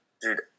Dude